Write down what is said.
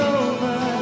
over